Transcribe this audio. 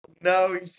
no